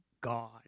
God